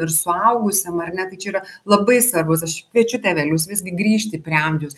ir suaugusiam ar ne tai čia yra labai svarbus aš kviečiu tėvelius visgi grįžti prie amžiaus